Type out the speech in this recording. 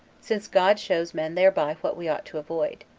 since god shows men thereby what we ought to avoid.